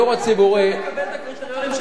אתה תקבל את הקריטריונים של טרכטנברג?